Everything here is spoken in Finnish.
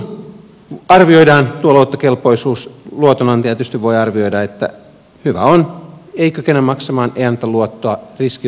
sen jälkeen kun arvioidaan tuo luottokelpoisuus luotonantaja tietysti voi arvioida että hyvä on ei kykene maksamaan ei anneta luottoa riski on liian suuri